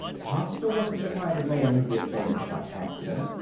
costa wasn't the kind of man who did things by accident.